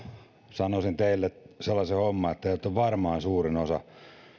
sanoisin sellaisen homman että teistä varmaan suurin osa on